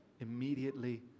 immediately